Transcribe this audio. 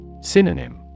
Synonym